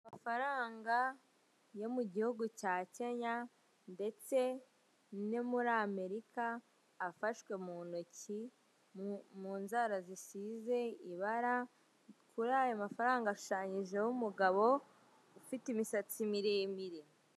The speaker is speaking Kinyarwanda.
Amafaranga yo mu gihugu cya Kenya ndetse no muri Amerika afashwe mu ntoki mu nzara zisize ibara, kuri ayo mafaranga hashushanyijeho umugabo ufite imisatsi miremire.